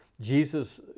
Jesus